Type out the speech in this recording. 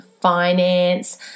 finance